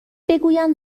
بگویند